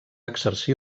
exercir